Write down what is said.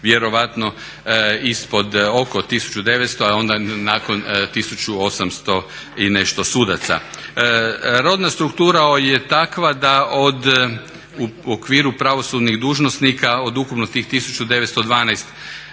vjerojatno ispod oko 1900, a onda nakon 1800 i nešto sudaca. Rodna struktura je takva da u okviru pravosudnih dužnosnika od ukupno tih 1912.